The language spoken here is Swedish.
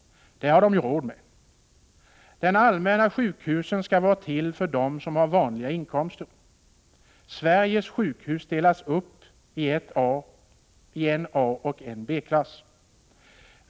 Det har dom ju råd med. De allmänna sjukhusen skulle vara till för dem som har vanliga inkomster. Sveriges sjukhus delas upp i 1:a och 2:a klass.